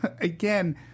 again